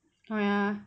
ya